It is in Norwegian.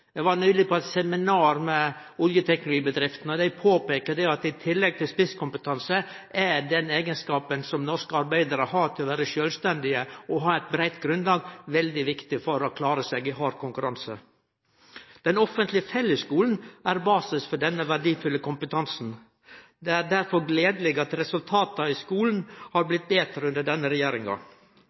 Eg var nyleg på eit seminar med oljeteknologibedriftene. Dei peika på at i tillegg til spisskompetanse har norske arbeidarar den eigenskapen at dei er sjølvstendige og har eit breitt grunnlag, noko som er veldig viktig for å klare seg i hard konkurranse. Den offentlege fellesskulen er basis for denne verdfulle kompetansen. Det er derfor gledeleg at resultata i skulen har vorte betre under denne regjeringa.